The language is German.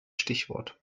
stichwort